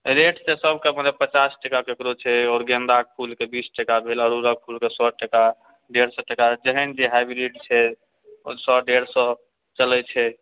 rate तऽ सबकेँ पचास टका ककरो छै गेन्दाके फूलके बीस टका भेल अड़हूलक फूलके सए टका डेढ़ सए टका जेहन जे हाइब्रिड छै सए डेढ़ सए चलैत छै